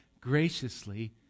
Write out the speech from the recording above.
graciously